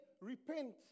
repent